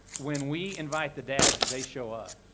when we invite the dads, they show up.